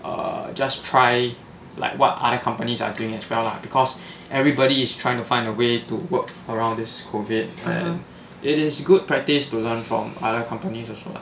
err just try like what other companies are doing as well lah because everybody is trying to find a way to work around this COVID and it is good practice to learn from other companies as well